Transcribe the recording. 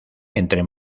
entre